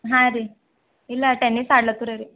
ಹಾಂ ರೀ ಇಲ್ಲ ಟೆನ್ನಿಸ್ ಆಡ್ಲತ್ತುರ ರೀ